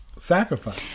sacrifice